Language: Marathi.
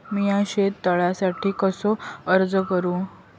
मीया शेत तळ्यासाठी कसो अर्ज करू?